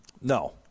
No